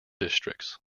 districts